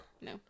No